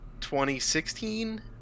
2016